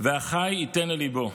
"והחי יתן אל לבו".